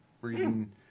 reading